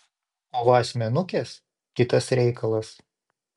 o va asmenukės kitas reikalas